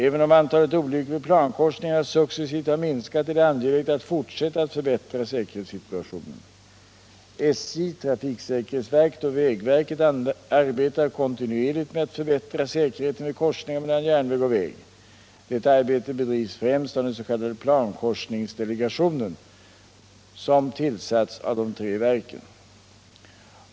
Även om antalet olyckor vid plankorsningarna successivt har minskat, är det angeläget att fortsätta att förbättra säkerhetssituationen. SJ, trafiksäkerhetsverket och vägverket arbetar kontinuerligt med att förbättra säkerheten vid korsningar mellan järnväg och väg. Detta arbete bedrivs främst av den s.k. plankorsningsdelegationen, som tillsatts av de tre verken.